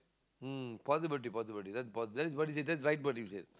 mm possible it's possible that's right what you said